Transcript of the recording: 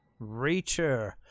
Reacher